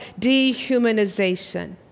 dehumanization